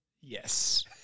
yes